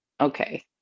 okay